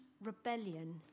Rebellion